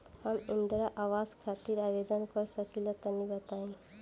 हम इंद्रा आवास खातिर आवेदन कर सकिला तनि बताई?